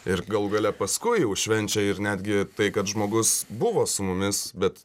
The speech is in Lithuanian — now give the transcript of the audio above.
ir galų gale paskui jau švenčia ir netgi tai kad žmogus buvo su mumis bet